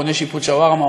בונה שיפוד שווארמה,